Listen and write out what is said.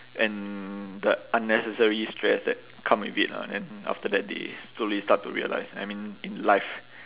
and the unnecessary stress that come with it lah then after that they slowly start to realise I mean in life